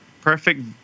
Perfect